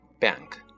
bank